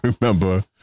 remember